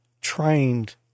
trained